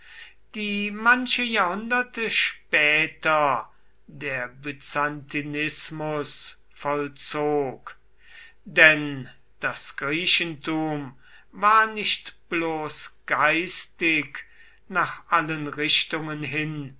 die manche jahrhunderte später der byzantinismus vollzog denn das griechentum war nicht bloß geistig nach allen richtungen hin